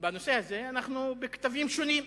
בנושא הזה אנחנו בקטבים שונים.